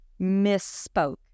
misspoke